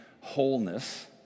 wholeness